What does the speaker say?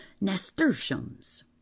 nasturtiums